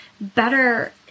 better